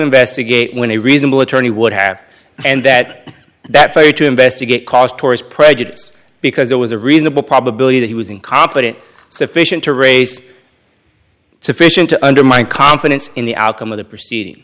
investigate when a reasonable attorney would have and that that failure to investigate cause tori's prejudice because there was a reasonable probability that he was incompetent sufficient to race sufficient to undermine confidence in the outcome of the proceeding